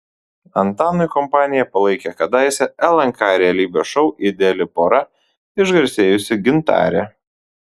antanui kompaniją palaikė kadaise lnk realybės šou ideali pora išgarsėjusi gintarė